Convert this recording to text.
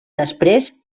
després